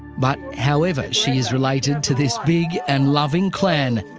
but, however, she is related to this big and loving clan.